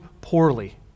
poorly